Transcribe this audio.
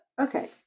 okay